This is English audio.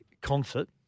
concert